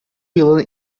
yılın